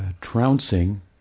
trouncing